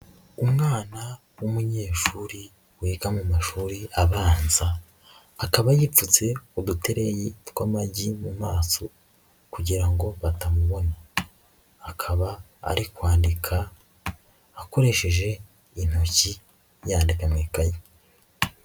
Umwana w'umunyeshuri wiga mu mashuri abanza. Akaba yipfutse udutereyi tw'amagi mu maso kugira ngo batamubona. Akaba ari kwandika akoresheje intoki yandika mu ikayi.